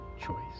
choice